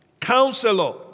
Counselor